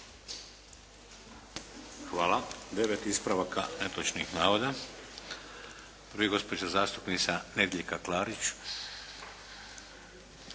Hvala. Devet ispravaka netočnih navoda. Prvi gospođa zastupnica Nedjeljka Klarić.